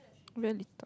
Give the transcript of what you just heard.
really